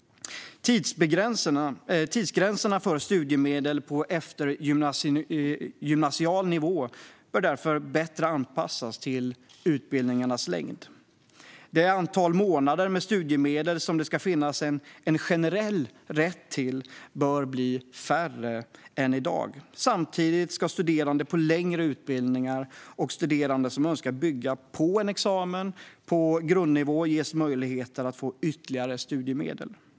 Tidsgränserna för studiemedel på eftergymnasial nivå bör anpassas bättre till utbildningarnas längd. Det antal månader med studiemedel som det ska finnas en generell rätt till bör bli färre än i dag. Samtidigt ska studerande på längre utbildningar och studerande som önskar bygga på en examen på grundnivå ges möjlighet att få ytterligare studiemedel.